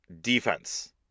Defense